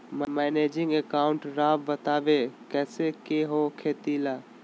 Managing account राव बताएं कैसे के हो खेती ला?